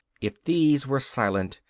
if these were silent,